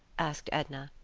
asked edna.